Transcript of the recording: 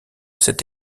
cet